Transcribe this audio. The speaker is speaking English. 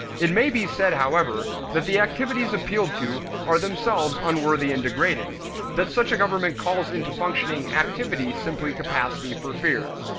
it may be said, however, that the activities appealed to are themselves unworthy and degrading that such a government calls into functioning activity simply capacity for fear.